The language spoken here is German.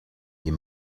ihr